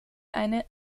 eine